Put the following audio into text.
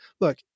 look